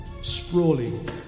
sprawling